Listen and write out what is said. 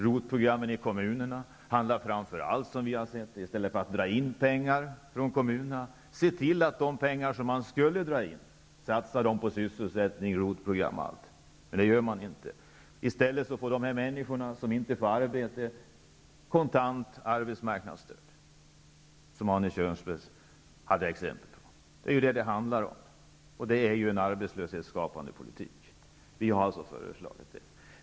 ROT-programmen i kommunerna handlar framför allt om att man i stället för att dra in pengar från kommunerna ser till att de pengar som man skulle dragit in satsat på sysselsättning. Men det gör man inte. I stället får de människor som inte får arbete kontant arbetsmarknadsstöd, vilket Arne Kjörnsberg hade som exempel. Det är vad det handlar om, och det är en arbetslöshetsskapande politik.